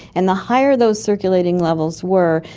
and the higher those circulating levels were,